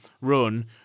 run